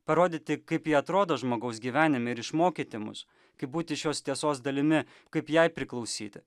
parodyti kaip ji atrodo žmogaus gyvenime ir išmokyti mus kaip būti šios tiesos dalimi kaip jai priklausyti